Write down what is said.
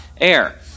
air